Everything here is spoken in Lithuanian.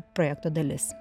projekto dalis